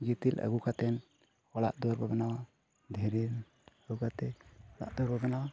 ᱜᱤᱛᱤᱞ ᱟᱹᱜᱩ ᱠᱟᱛᱮᱫ ᱚᱲᱟᱜᱼᱫᱩᱣᱟᱹᱨ ᱵᱚᱱ ᱵᱮᱱᱟᱣᱟ ᱫᱷᱤᱨᱤ ᱟᱹᱜᱩ ᱠᱟᱛᱮᱫ ᱚᱲᱟᱜᱼᱫᱩᱣᱟᱹᱨ ᱵᱚᱱ ᱵᱮᱱᱟᱣᱟ